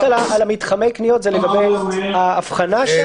לגבי מתחמי הקניות זה לגבי ההבחנה שם